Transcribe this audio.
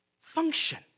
function